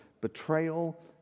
betrayal